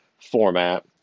format